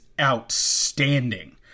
outstanding